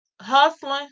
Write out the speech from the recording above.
hustling